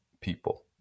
people